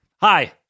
Hi